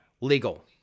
legal